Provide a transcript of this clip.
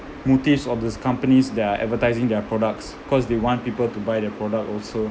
motives of these companies that are advertising their products because they want people to buy their product also